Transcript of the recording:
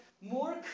more